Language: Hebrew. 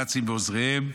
"נאצים ועוזריהם".